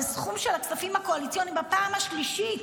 זה סכום של הכספים הקואליציוניים בפעם השלישית.